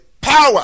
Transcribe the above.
power